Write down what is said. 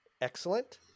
Excellent